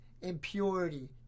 impurity